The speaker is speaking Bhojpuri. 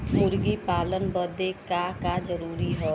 मुर्गी पालन बदे का का जरूरी ह?